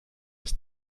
ist